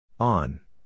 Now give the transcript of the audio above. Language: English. On